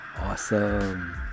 Awesome